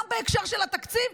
גם בהקשר של התקציב,